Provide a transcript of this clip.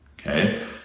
Okay